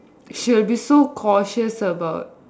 she'll be so cautious about